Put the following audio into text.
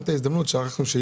הייתה מעצמה עולמית,